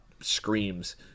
screams –